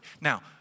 Now